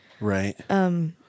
Right